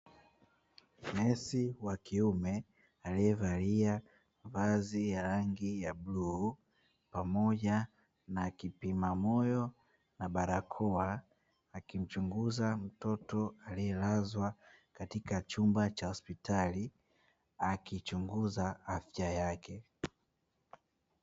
Nesi wakiume, aliyevalia vazi ya rangi ya bluu pamoja na kipima moyo na barakoa akimchunguza mtoto aliyelazwa katika chumba cha hospitali akichunguza afya yake.